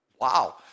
wow